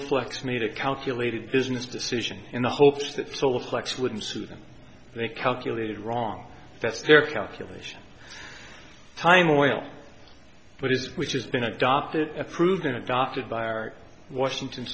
flex made a calculated business decision in the hopes that solar flex wouldn't suit them they calculated wrong that's their calculation time oil which is which has been adopted proven adopted by our washington